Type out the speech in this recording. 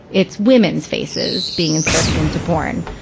it's women's faces being inserted into porn.